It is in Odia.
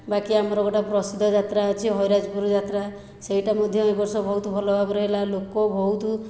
ବାକି ଆମର ଗୋଟିଏ ପ୍ରସିଦ୍ଧ ଯାତ୍ରା ଅଛି ହରିରାଜପୁର ଯାତ୍ରା ସେଇଟା ମଧ୍ୟ ଏ ବର୍ଷ ବହୁତ ଭଲ ଭାବରେ ହେଲା ଲୋକ ବହୁତ